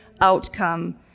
outcome